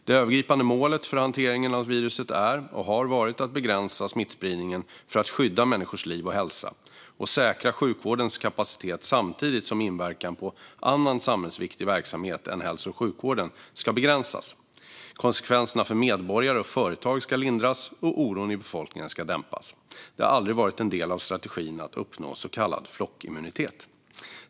Det övergripande målet för hanteringen av viruset är och har varit att begränsa smittspridningen för att skydda människors liv och hälsa och säkra sjukvårdens kapacitet samtidigt som inverkan på annan samhällsviktig verksamhet än hälso och sjukvården ska begränsas, konsekvenser för medborgare och företag ska lindras och oron i befolkningen ska dämpas. Det har aldrig varit en del av strategin att uppnå så kallad flockimmunitet.